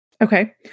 Okay